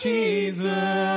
Jesus